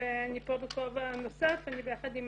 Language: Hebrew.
ואני פה בכובע נוסף, אני ביחד עם